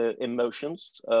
emotions